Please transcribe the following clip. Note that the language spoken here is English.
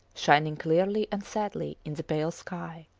shining clearly and sadly in the pale sky.